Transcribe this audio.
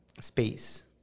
space